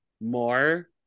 more